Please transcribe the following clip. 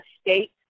state